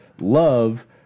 love